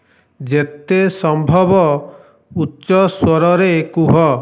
ଯେତେ ସମ୍ଭବ ଉଚ୍ଚ ସ୍ୱରରେ କୁହ